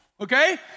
okay